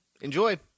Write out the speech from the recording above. Enjoy